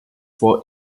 for